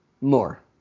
More